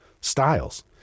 styles